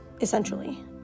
essentially